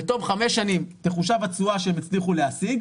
בתום חמש שנים תחושב התשואה שהם התחילו להשיג,